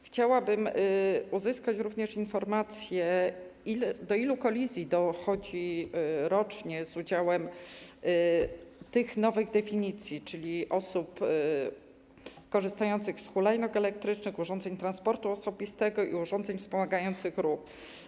Chciałabym uzyskać również informację, do ilu kolizji rocznie dochodzi z udziałem tych nowo zdefiniowanych obiektów, czyli osób korzystających z hulajnóg elektrycznych, urządzeń transportu osobistego i urządzeń wspomagających ruch.